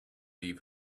leave